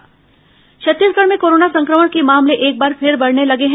corona टीकाकरण छत्तीसगढ़ में corona संक्रमण के मामले एक बार फिर बढ़ने लगे हैं